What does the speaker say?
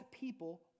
people